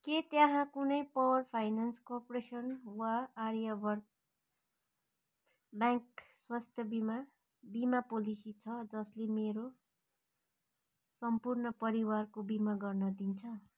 के त्यहाँ कुनै पावर फाइनेन्स कर्पोरेसन् वा आर्यवर्त ब्याङ्क स्वास्थ्य बिमा बिमा पोलेसी छ जसले मेरो सम्पूर्ण परिवारको बिमा गर्न दिन्छ